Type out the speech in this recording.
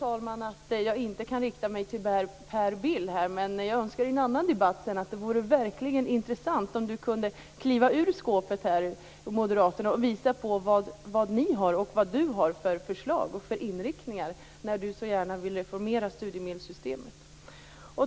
Jag vet att jag inte kan rikta mig till Per Bill här, men det vore verkligen intressant om han i en annan debatt kunde kliva ur skåpet och visa vilka förslag och vilken inriktning Moderaterna har när de vill reformera studiemedelssystemet.